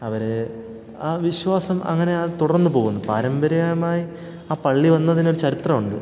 അവർ ആ വിശ്വാസം അങ്ങനെ അ തുടർന്നുപോകുന്നു പാരമ്പര്യമായി ആ പള്ളി വന്നതിന് ഒരു ചരിത്രമുണ്ട്